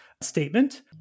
statement